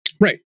Right